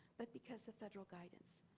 but because of federal guidance.